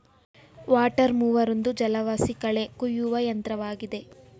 water mower ಒಂದು ಜಲವಾಸಿ ಕಳೆ ಕುಯ್ಯುವ ಯಂತ್ರವಾಗಿದೆ